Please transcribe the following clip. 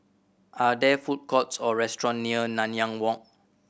are there food courts or restaurant near Nanyang Walk